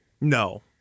No